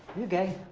you gay?